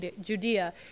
judea